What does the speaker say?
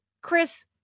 chris